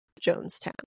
jonestown